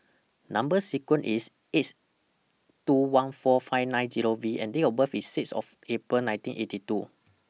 Number sequence IS S two one four five nine Zero V and Date of birth IS six of April nineteen eighty two